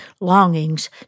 longings